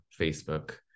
Facebook